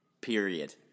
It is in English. period